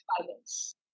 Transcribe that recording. violence